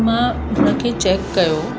मां हुन खे चैक कयो